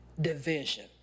division